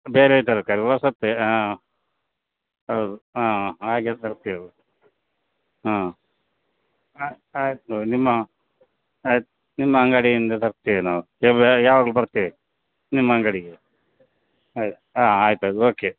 ಬೇರೆ ತರಕಾರಿ ಹೊಸತೆ ಹಾಂ ಹೌದು ಹಾಂ ಹಾಗೆ ತರ್ತೇವೆ ಹಾಂ ಆಯಿತು ನಿಮ್ಮ ಆಯ್ತು ನಿಮ್ಮ ಅಂಗಡಿ ಇಂದ ತರ್ತೇವೆ ನಾವು ಕೇಬ್ಲ ಯಾವಾಗೂ ಬರ್ತೇವೆ ನಿಮ್ಮ ಅಂಗಡಿಗೆ ಆಯ್ತು ಹಾಂ ಆಯ್ತು ಅದು ಓಕೆ